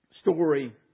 story